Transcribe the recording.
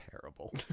terrible